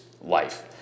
life